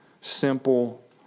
simple